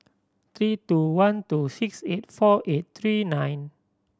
three two one two six eight four eight three nine